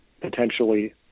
potentially